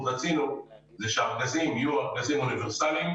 רצינו זה שהארגזים יהיו ארגזים אוניברסליים,